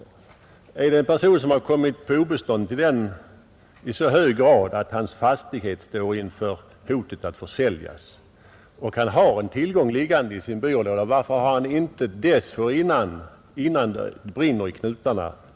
Har en person kommit på obestånd i så hög grad att hans fastighet står inför hotet att försäljas och han har en tillgång liggande i sin byrålåda, varför har han då inte benyttat sig av den innan det började brinna i knutarna?